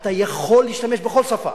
אתה יכול להשתמש בכל שפה,